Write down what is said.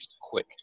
quick